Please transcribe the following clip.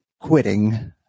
quitting –